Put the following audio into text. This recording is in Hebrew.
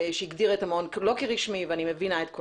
שהגדיר את המעון לא כמעון רשמי, עדיין